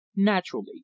Naturally